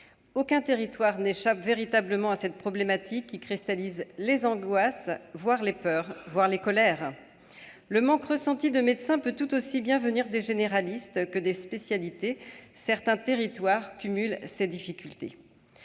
Aucun territoire n'échappe véritablement à cette problématique qui cristallise les angoisses voire les peurs, pour ne pas dire les colères. Le manque de médecins peut tout aussi bien se ressentir s'agissant des généralistes que des spécialistes. Certains territoires cumulent ces difficultés.